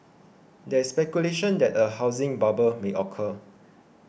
there is speculation that a housing bubble may occur